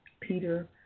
Peter